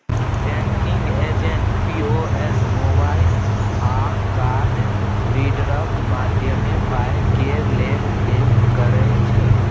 banking agent POS, mobile आ card रीडरक माध्यमे पाय केर लेब देब करै छै